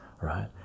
right